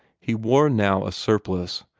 he wore now a surplice,